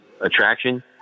attraction